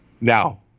Now